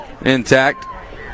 Intact